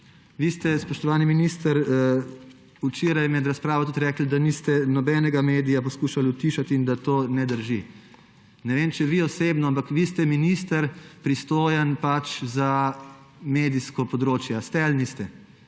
Vi ste, spoštovani minister, včeraj med razpravo tudi rekli, da niste nobenega medija poskušali utišati in da to ne drži. Ne vem, ali vi osebno, ampak vi ste minister, pristojen za medijsko področje. Ali ste ali niste?